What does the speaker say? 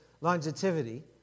longevity